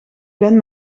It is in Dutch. ben